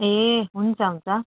ए हुन्छ हुन्छ